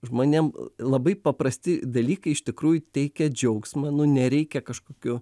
žmonėm labai paprasti dalykai iš tikrųjų teikia džiaugsmą nu nereikia kažkokių